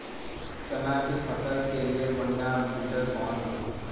चना के फसल के लिए बढ़ियां विडर कवन ह?